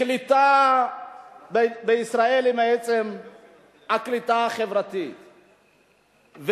קליטה בישראל היא בעצם הקליטה החברתית,